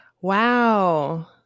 Wow